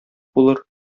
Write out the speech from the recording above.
булыр